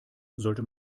sollte